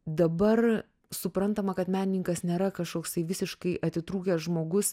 dabar suprantama kad menininkas nėra kažkoksai visiškai atitrūkęs žmogus